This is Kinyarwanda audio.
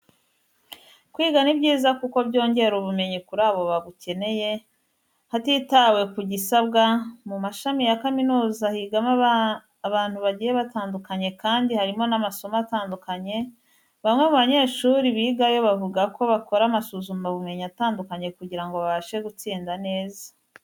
Kwiga ni byiza kuko byongera ubumenyi kuri abo babukeneye, hatitawe ku gisabwa, mu mashami ya kaminuza higamo abantu bagiye batandukanye kandi harimo n'amasomo atandukanye, bamwe mu banyeshuri bigayo bavuga ko bakora amasuzuma bumenyi atandukanye kugira ngo babashe gutsinda neza.